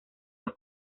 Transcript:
los